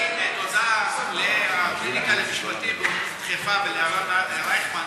תגיד תודה לקליניקה למשפטים באוניברסיטת חיפה ולהרן רייכמן,